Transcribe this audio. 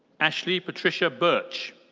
ashley patricia burch.